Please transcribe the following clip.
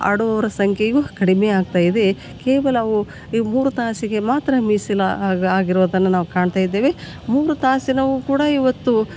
ಆಡುವವರ ಸಂಖ್ಯೆಯು ಕಡಿಮೆ ಆಗ್ತಾಯಿದೆ ಕೇವಲ ಅವು ಈ ಮೂರು ತಾಸಿಗೆ ಮಾತ್ರ ಮೀಸಲ ಆಗಿರುವುದನ್ನು ನಾವು ಕಾಣ್ತಾಯಿದ್ದೇವೆ ಮೂರು ತಾಸಿನವು ಕೂಡ ಇವತ್ತು